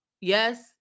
Yes